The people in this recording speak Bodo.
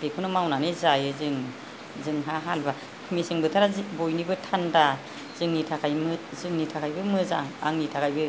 बेखौनो मावनानै जायो जों जोंहा हालुवा मेसें बोथोरो जों बयनिबो थान्दा जोंनि थाखाय जोंनि थाखायनो मोजां आंनि थाखायबो